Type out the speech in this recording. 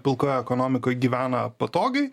pilkoje ekonomikoj gyvena patogiai